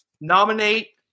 Nominate